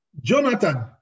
Jonathan